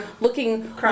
looking